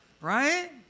right